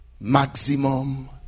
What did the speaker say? Maximum